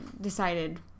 decided